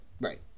Right